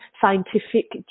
scientific